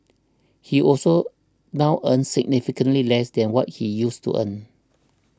he also now earns significantly less than what he used to earn